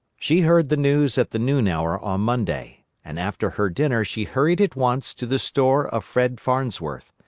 she heard the news at the noon hour on monday, and after her dinner she hurried at once to the store of fred farnsworth.